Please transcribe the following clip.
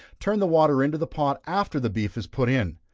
turn the water into the pot after the beef is put in,